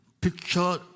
picture